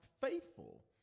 faithful